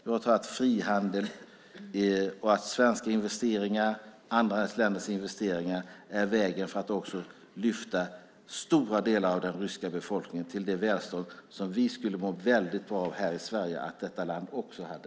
Jag tror att frihandel, svenska investeringar och andra länders investeringar är vägen för att lyfta upp stora delar av den ryska befolkningen till det välstånd som vi här i Sverige skulle må väldigt bra av att detta land också hade.